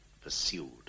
pursued